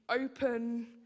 open